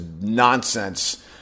nonsense